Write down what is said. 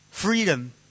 Freedom